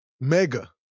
Mega